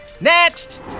Next